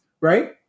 right